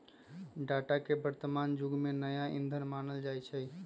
data के वर्तमान जुग के नया ईंधन मानल जाई छै